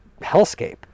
hellscape